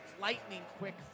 lightning-quick